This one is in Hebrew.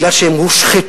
מפני שהם הושחתו,